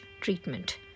treatment